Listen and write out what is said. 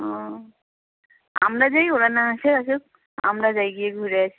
ও আমরা যাই ওরা না আসে আসুক আমরা যাই গিয়ে ঘুরে আসি